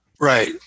Right